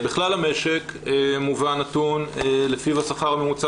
בכלל המשק מובא נתון לפיו השכר הממוצע